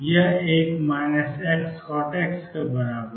यह एक है Xcot X